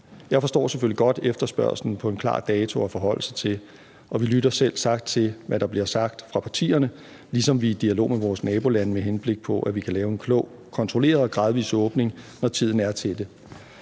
Jeg forstår selvfølgelig godt efterspørgslen på en klar dato at forholde sig til, og vi lytter selvsagt til, hvad der bliver sagt fra partierne, ligesom vi er i dialog med vores nabolande, med henblik på at vi kan lave en klog, kontrolleret og gradvis åbning, når tiden er til